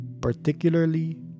particularly